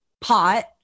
pot